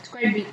it's quite big